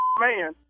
man